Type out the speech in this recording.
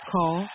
Call